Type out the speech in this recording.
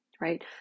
right